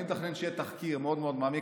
אני מתכנן שיהיה תחקיר מאוד מעמיק,